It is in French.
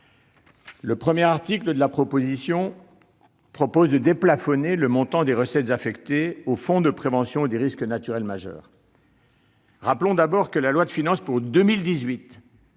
? L'article 1 de la proposition de loi tend à déplafonner le montant des recettes affectées au fonds de prévention des risques naturels majeurs. Rappelons que la loi de finances pour 2018